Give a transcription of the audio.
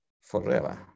forever